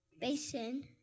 basin